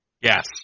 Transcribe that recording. Yes